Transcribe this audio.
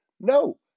No